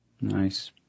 Nice